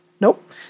Nope